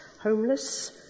Homeless